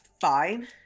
fine